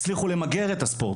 הצליחו למגר את האלימות.